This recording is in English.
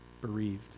bereaved